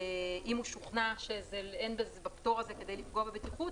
אם הוא שוכנע שאין בפטור הזה כדי לפגוע בבטיחות,